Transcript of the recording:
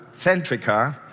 Centrica